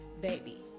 baby